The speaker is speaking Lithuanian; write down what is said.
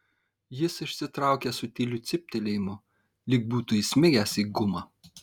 jis išsitraukė su tyliu cyptelėjimu lyg būtų įsmigęs į gumą